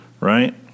right